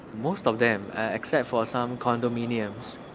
most of them, except for some condominiums.